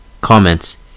Comments